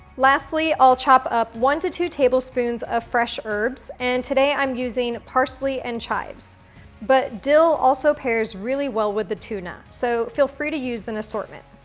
lastly, i'll chop up one to two tablespoons of fresh herbs and today i'm using parsley and chives but dill also pairs really well with the tuna, so feel free to use an assortment.